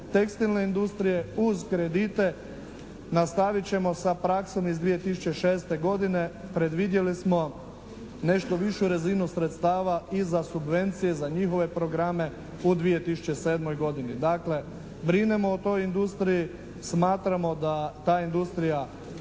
tekstilne industrije uz kredite nastavit ćemo sa praksom iz 2006. godine, predvidjeli smo nešto višu razinu sredstava i za subvencije, za njihove programe u 2007. godini. Dakle, brinemo o toj industriji, smatramo da ta industrija